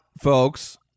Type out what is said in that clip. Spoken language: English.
folks